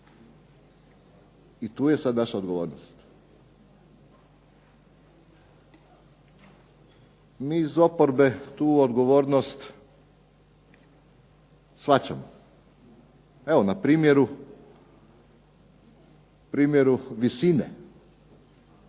I tu je sada naša odgovornost. Mi iz oporbe tu odgovornost shvaćamo, evo na primjeru visine